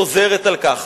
חוזרת על כך,